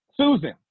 Susan